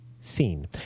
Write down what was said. scene